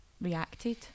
reacted